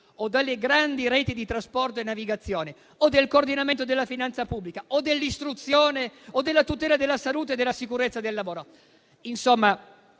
o delle grandi reti di trasporto e navigazione o del coordinamento della finanza pubblica o dell'istruzione o della tutela della salute e della sicurezza sul lavoro?